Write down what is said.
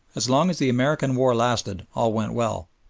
as long as the american war lasted all went well,